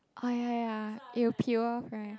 ah ya ya ya it will peel off right